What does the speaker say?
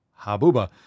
Habuba